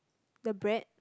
the bread